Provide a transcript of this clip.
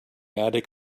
attic